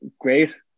great